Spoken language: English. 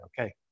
Okay